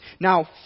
Now